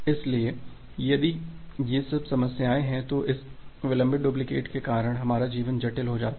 इसलिए यदि यह सब समस्याएँ हैं तो इस विलंबित डुप्लीकेट के कारण हमारा जीवन जटिल हो जाता है